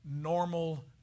normal